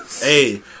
Hey